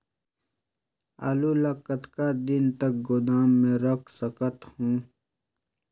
आलू ल कतका दिन तक गोदाम मे रख सकथ हों?